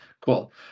cool